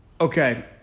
Okay